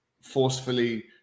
forcefully